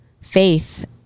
faith